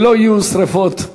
שלא יהיו שרפות,